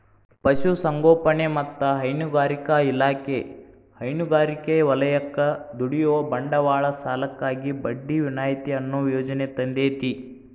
ಪಶುಸಂಗೋಪನೆ ಮತ್ತ ಹೈನುಗಾರಿಕಾ ಇಲಾಖೆ ಹೈನುಗಾರಿಕೆ ವಲಯಕ್ಕ ದುಡಿಯುವ ಬಂಡವಾಳ ಸಾಲಕ್ಕಾಗಿ ಬಡ್ಡಿ ವಿನಾಯಿತಿ ಅನ್ನೋ ಯೋಜನೆ ತಂದೇತಿ